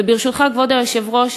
וברשותך, כבוד היושב-ראש,